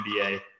NBA